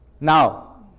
Now